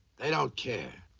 they don't care.